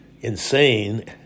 insane